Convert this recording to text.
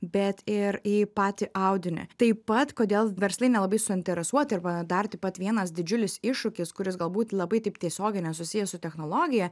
bet ir į patį audinį taip pat kodėl verslai nelabai suinteresuoti arba dar taip pat vienas didžiulis iššūkis kuris galbūt labai taip tiesiogiai nesusijęs su technologija